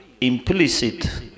implicit